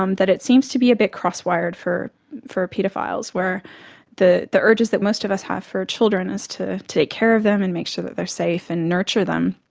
um that it seems to be a bit cross wired for for paedophiles, where the the urges that most of us have for children is to take care of them and make sure that they're safe and nurture them.